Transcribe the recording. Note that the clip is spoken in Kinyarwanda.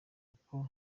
uko